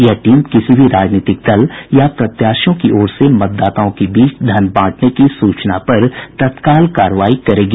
यह टीम किसी भी राजनीतिक दल या प्रत्याशियों की ओर से मतदाताओं के बीच धन बांटने की सूचना पर तत्काल कार्रवाई करेगी